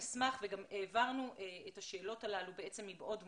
העברנו את השאלות הללו מבעוד מועד.